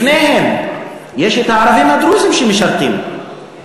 לפניהם יש הערבים הדרוזים שמשרתים,